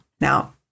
Now